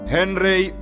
Henry